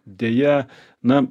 deja na